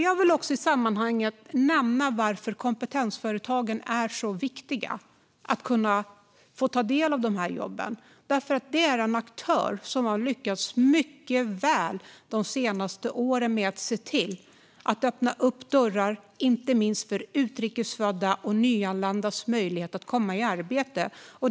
Jag vill i sammanhanget nämna varför det är så viktigt att kompetensföretagen får ta del av de här jobben. Det är en aktör som de senaste åren har lyckats mycket väl med att se till att öppna dörrar och möjligheter för inte minst utrikesfödda och nyanlända att komma i arbete.